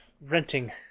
renting